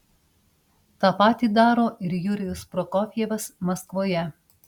tą patį daro ir jurijus prokofjevas maskvoje